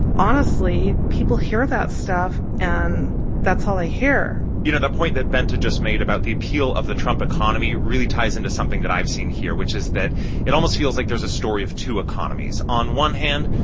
honestly, people hear that stuff, and that's all they hear you know, that point that bente to just made about the appeal of the trump economy really ties into something that i've seen here, which is that it almost feels like there's a story of two economies. on one hand,